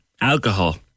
alcohol